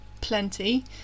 plenty